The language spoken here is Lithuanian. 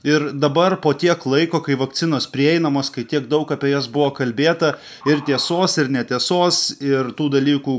ir dabar po tiek laiko kai vakcinos prieinamos kai tiek daug apie jas buvo kalbėta ir tiesos ir netiesos ir tų dalykų